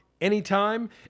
anytime